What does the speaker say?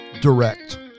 direct